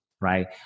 right